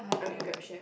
I mean Grab share